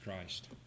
Christ